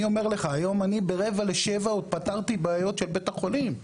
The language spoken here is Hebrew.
אני היום ברבע לשבע עוד פתרתי בעיות של בית החולים.